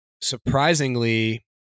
surprisingly